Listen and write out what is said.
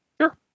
Sure